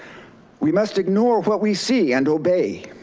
we must ignore what we see and obey.